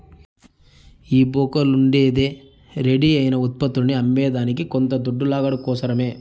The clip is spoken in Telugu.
ఈ బోకర్లుండేదే రెడీ అయిన ఉత్పత్తులని అమ్మేదానికి కొంత దొడ్డు లాగడం కోసరమే